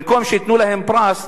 במקום שייתנו להם פרס,